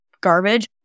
garbage